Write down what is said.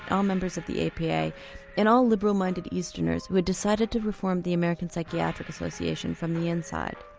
all members of the apa and all liberal-minded easterners who had decided to reform the american psychiatric association from the inside.